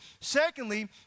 Secondly